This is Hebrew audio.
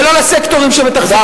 ולא לסקטורים שמתחזקים את הממשלה הזאת.